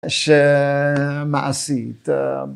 ‫שמעשית.